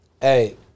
Hey